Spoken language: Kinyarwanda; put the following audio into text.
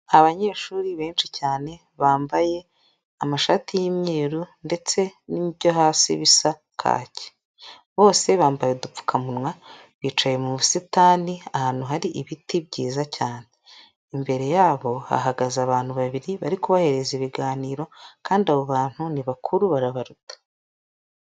Abanyeshuri benshi cyane bambaye amashati y'imyeru ndetse n'ibyo hasi bisa kake, bose bambaye udupfukamunwa, bicaye mu busitani ahantu hari ibiti byiza cyane, imbere yabo hahagaze abantu babiri bari kubahereza ibiganiro, kandi abo bantu ni bakuru barabaruta.